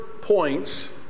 points